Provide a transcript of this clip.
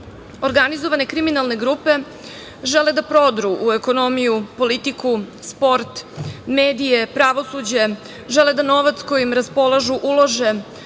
pravdi. Organizovane kriminalne grupe žele da prodru u ekonomiju, politiku, sport, medije, pravosuđe, žele da novac kojim raspolažu ulože